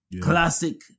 Classic